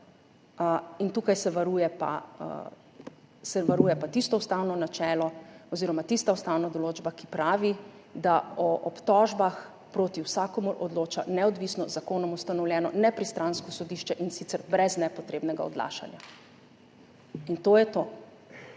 Tukaj se varuje pa tisto ustavno načelo oziroma tista ustavna določba, ki pravi, da o obtožbah proti vsakomur odloča neodvisno, z zakonom ustanovljeno, nepristransko sodišče, in sicer brez nepotrebnega odlašanja. In to je to.